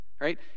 right